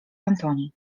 antoni